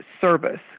service